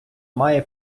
має